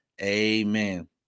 Amen